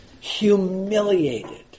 humiliated